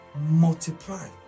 multiply